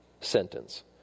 sentence